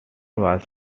was